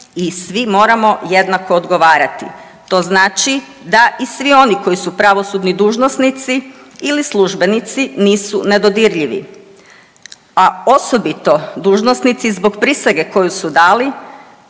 i svi moramo jednako odgovarati. To naći da i svi oni koji su pravosudni dužnosnici ili službenicu, nisu nedodirljivi, a osobito dužnosnici zbog prisege koju su dali,